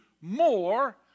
more